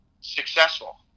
successful